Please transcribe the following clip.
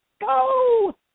go